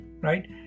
right